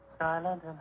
silent